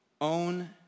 own